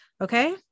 okay